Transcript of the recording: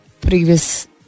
previous